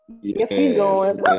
yes